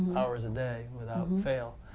hours a day without fail,